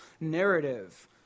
narrative